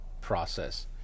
process